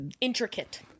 Intricate